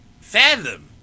fathom